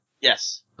yes